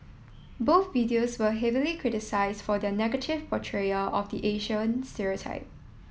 both videos were heavily criticised for their negative portrayal of the Asian stereotype